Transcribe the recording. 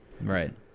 right